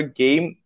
game